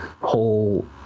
whole